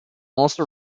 also